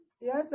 Yes